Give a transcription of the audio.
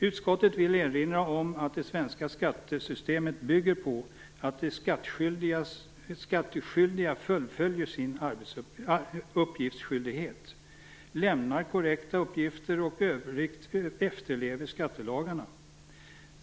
Utskottet vill erinra om att det svenska skattesystemet bygger på att de skattskyldiga fullföljer sin uppgiftsskyldighet, lämnar korrekta uppgifter och i övrigt efterlever skattelagarna.